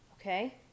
Okay